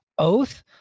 Oath